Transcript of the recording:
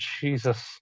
Jesus